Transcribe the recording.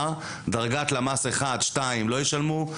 דרגת למ"ס 1 ו-2 לא ישלמו,